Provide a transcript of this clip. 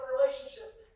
relationships